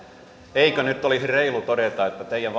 eikö nyt olisi reilua todeta että teidän